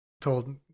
told